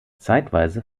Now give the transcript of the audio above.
zeitweise